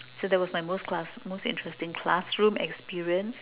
so there was my most class most interesting classroom experience